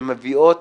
שמביאות